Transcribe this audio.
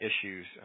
issues